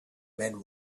man